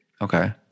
Okay